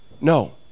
No